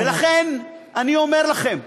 ולכן אני אומר לכם,